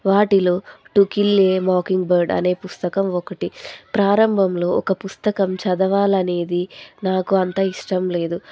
వాటిలో to kill a mockingbird అనే పుస్తకం ఒకటి ప్రారంభంలో ఒక పుస్తకం చదవాలనేది నాకు అంత ఇష్టం లేదు